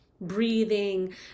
breathing